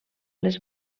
les